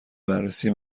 بررسی